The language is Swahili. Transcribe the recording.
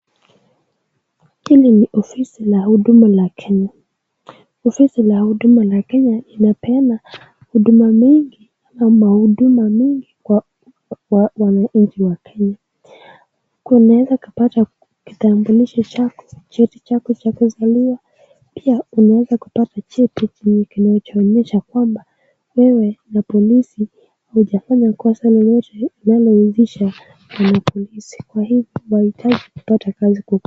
Hii ni ofisi la huduma la Kenya. Ofisi la huduma la Kenya inapena huduma mingi na mahuduma mengi kwa wanainchi wa Kenya. Unaweza ukapata kitambulisho chako, cheti chako cha kuzaliwa, pia unaweza kupata cheti chenye kinaonyesha kwamba wewe na polisi haujafanya kosa lolote linalohusisha wanapolisi. Kwa hivyo unahitaji kupata kazi kwa.